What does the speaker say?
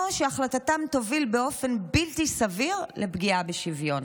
או שהחלטתן תוביל באופן בלתי סביר לפגיעה בשוויון.